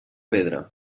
pedra